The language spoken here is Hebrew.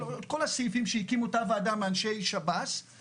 כל הסעיפים מאותה ועדה שהורכבה מאנשי שב"ס,